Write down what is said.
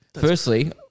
firstly